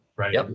right